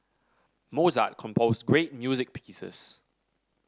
Mozart composed great music pieces